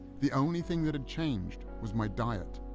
the only thing that had changed was my diet.